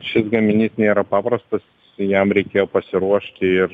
šis gaminys nėra paprastas jam reikėjo pasiruošti ir